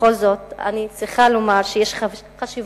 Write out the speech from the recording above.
בכל זאת אני צריכה לומר שיש חשיבות